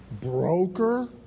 broker